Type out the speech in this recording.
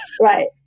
Right